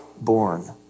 born